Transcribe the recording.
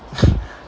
true